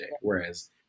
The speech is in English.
Whereas